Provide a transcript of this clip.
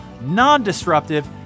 non-disruptive